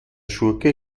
schurke